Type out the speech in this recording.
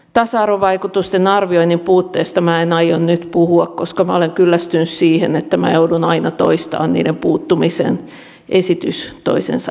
tasa arvovaikutusten arvioinnin puutteesta minä en aio nyt puhua koska minä olen kyllästynyt siihen että minä joudun aina toistamaan niiden puuttumisen esitys toisensa jälkeen